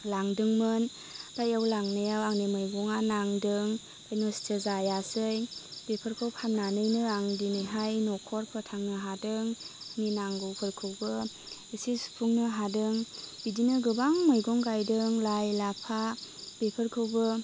लांदोंमान फाय इयाव लांनायाव आंनि मैगङा नांदों नस्थ' जायासै बेफोरखौ फाननानैनो आं दिनैहाय नखर फोथांनो हादों नांगौफोरखौबो एसे सुफुंनो हादों बिदिनो गोबां मैगं गायदों लाइ लाफा बेफोरखौबो